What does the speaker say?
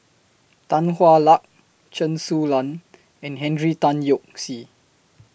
Tan Hwa Luck Chen Su Lan and Henry Tan Yoke See